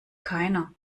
keiner